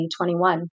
2021